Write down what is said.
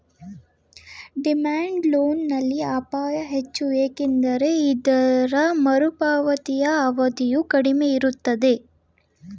demand loan ನಲ್ಲಿ ಅಪಾಯ ಹೆಚ್ಚು ಏಕೆಂದರೆ ಇದರ ಮರುಪಾವತಿಯ ಅವಧಿಯು ಕಡಿಮೆ ಇರುತ್ತೆ